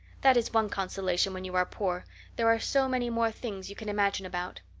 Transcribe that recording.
that is one consolation when you are poor there are so many more things you can imagine about.